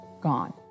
gone